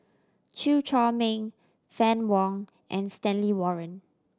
Chew Chor Meng Fann Wong and Stanley Warren